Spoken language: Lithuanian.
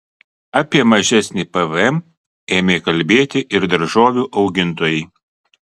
apie mažesnį pvm ėmė kalbėti ir daržovių augintojai